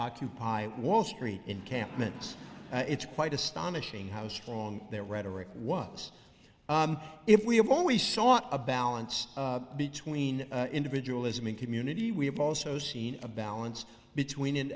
occupy wall street encampments it's quite astonishing how strong their rhetoric was if we have always sought a balance between individual ism and community we have also seen a balance between in